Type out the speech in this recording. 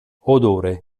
odore